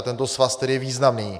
Tento svaz tedy je významný.